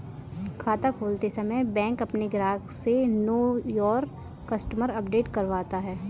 खाता खोलते समय बैंक अपने ग्राहक से नो योर कस्टमर अपडेट करवाता है